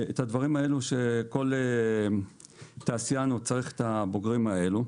את הדברים האלה שכל תעשיין צריך את הבוגרים האלה,